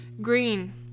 Green